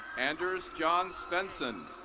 anders jon svendsen.